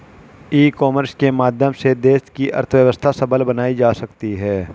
ई commerce के माध्यम से देश की अर्थव्यवस्था सबल बनाई जा सकती है